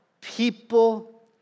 people